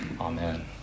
Amen